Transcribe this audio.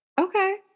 Okay